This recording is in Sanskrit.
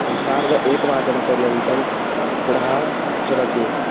सार्ध एकवादनपर्यन्तं क्रीडा चलति